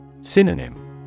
Synonym